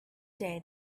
day